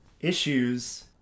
issues